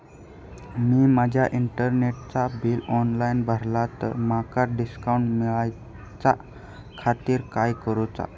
मी माजा इंटरनेटचा bill online भरला तर माका डिस्काउंट मिलाच्या खातीर काय करुचा?